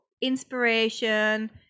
inspiration